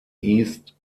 east